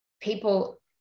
people